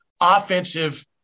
offensive